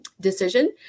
decision